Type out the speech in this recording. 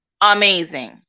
amazing